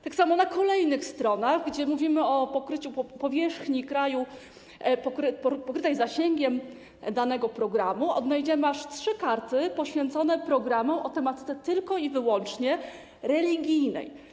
Tak samo na kolejnych stronach, gdzie mówimy o pokryciu powierzchni kraju zasięgiem danego programu, odnajdziemy aż trzy karty poświęcone programom o tematyce tylko i wyłącznie religijnej.